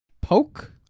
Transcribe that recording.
Poke